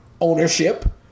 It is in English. ownership